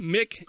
Mick